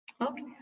Okay